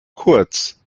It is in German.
kurz